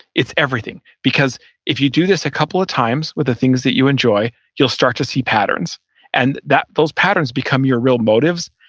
it's everything. because if you do this a couple of times with the things that you enjoy, you'll start to see patterns and those patterns become your real motives.